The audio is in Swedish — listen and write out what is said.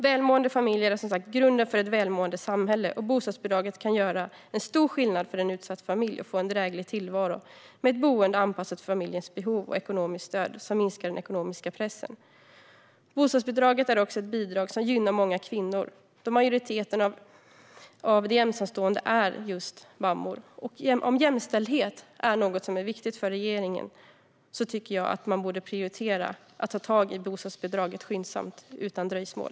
Välmående familjer är som sagt grunden för ett välmående samhälle, och bostadsbidraget kan göra stor skillnad för en utsatt familj. Genom det kan de få en dräglig tillvaro med ett boende anpassat för familjens behov och ekonomiskt stöd som minskar den ekonomiska pressen. Bostadsbidraget är också ett bidrag som gynnar många kvinnor, då majoriteten av de ensamstående föräldrarna är just mammor. Om jämställdhet är något som är viktigt för regeringen tycker jag att man borde prioritera att ta tag i frågan om bostadsbidraget skyndsamt och utan dröjsmål.